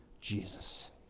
Jesus